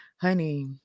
honey